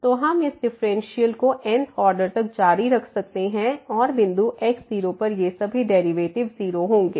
तो हम इस डिफरेंशीएशन को n th ऑर्डर तक जारी रख सकते हैं और बिंदु x0 पर ये सभी डेरिवेटिव 0 होंगे